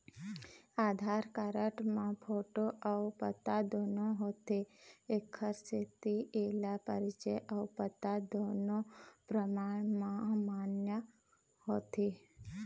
आधार card म photo अउ पता दुनो होथे एखर सेती एला परिचय अउ पता दुनो परमान म मान्य होथे